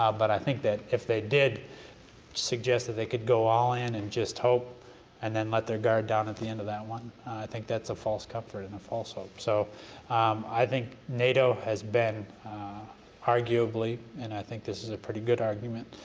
ah but i think that if they did suggest that they could go all in and just hope and then let their guard down at the end of that one, i think that's a false comfort and false hope. so i think nato has been arguably, and i think this is a pretty good argument,